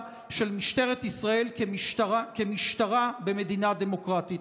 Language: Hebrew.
של משטרת ישראל כמשטרה במדינה דמוקרטית.